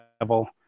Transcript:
level